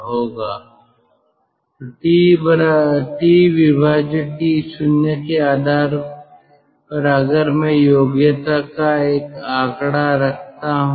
तो T T0 के आधार पर अगर मैं योग्यता का एक आंकड़े रखता हूं